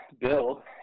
Bill